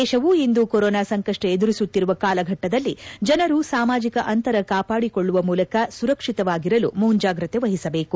ದೇಶವಿಂದು corona ಸಂಕಪ್ಪ ಎದುರಿಸುತ್ತಿರುವ ಕಾಲಘಟ್ಟದಲ್ಲಿ ಜನರು ಸಾಮಾಜಿಕ ಅಂತರ ಕಾಪಾಡಿಕೊಳ್ಲುವ ಮೂಲಕ ಸುರಕ್ಷಿತವಾಗಿರಲು ಮುಂಜಾಗ್ರತೆ ವಹಿಸಬೇಕು